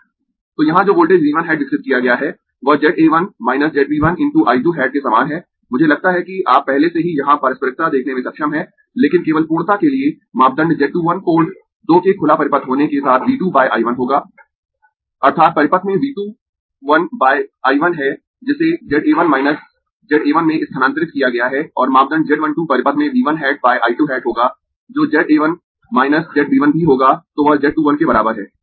तो यहाँ जो वोल्टेज V 1 हैट विकसित किया गया है वह ZA 1 minus ZB 1 × I 2 hat के समान है मुझे लगता है कि आप पहले से ही यहाँ पारस्परिकता देखने में सक्षम है लेकिन केवल पूर्णता के लिए मापदंड Z 2 1 पोर्ट 2 के खुला परिपथ होने के साथ V 2 बाय I 1 होगा अर्थात् परिपथ में V 2 I बाय I 1 है जिसे ZA 1 माइनस ZA 1 में स्थानांतरित किया गया है और मापदंड Z 1 2 परिपथ में V 1 hat by I 2 hat होगा जो ZA 1 माइनस ZB 1 भी होगा तो वह Z 2 1 के बराबर है